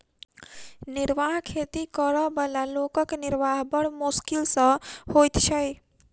निर्वाह खेती करअ बला लोकक निर्वाह बड़ मोश्किल सॅ होइत छै